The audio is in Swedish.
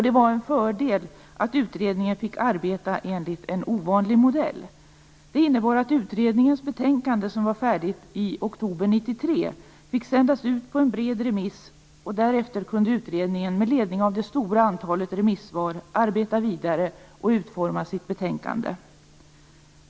Det var en fördel att utredningen fick arbeta enligt en ovanlig modell. Det innebar att utredningens betänkande, som var färdigt i oktober 1993, fick sändas ut på en bred remiss. Därefter kunde utredningen med ledning av det stora antalet remissvar arbeta vidare och utforma sitt betänkande.